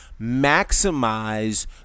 maximize